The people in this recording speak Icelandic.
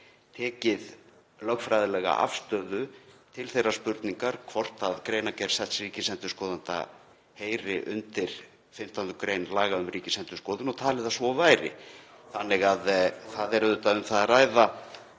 tekið lögfræðilega afstöðu til þeirrar spurningar hvort greinargerð setts ríkisendurskoðanda heyri undir 15. gr. laga um Ríkisendurskoðun og talið að svo væri. Það er því auðvitað um það að ræða,